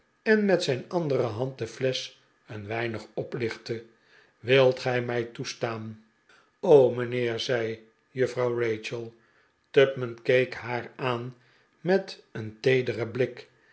en met zijn andere hand de flesch een weinig oplichtte wilt gij mij toestaan mijnheer zei juffrouw rachel tupman keek haar aan met een teederen blik